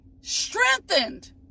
strengthened